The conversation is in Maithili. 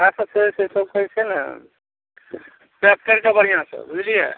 सएह सब छै से सब जे छै नहि तेँ पैक करि देबै बढ़िआँसे बुझलिए